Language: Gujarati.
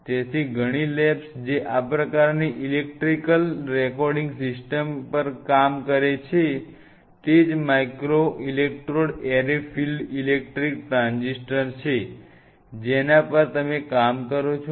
તેથી ઘણી લેબ્સ જે આ પ્રકારની ઇલેક્ટ્રિકલ રેકોર્ડિંગ સિસ્ટમ્સ પર કામ કરે છે હા તે જ microelectrode array field effect transistor છે જેના પર તમે કામ કરો છો